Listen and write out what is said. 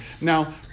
Now